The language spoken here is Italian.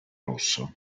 rosso